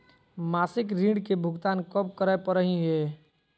मासिक ऋण के भुगतान कब करै परही हे?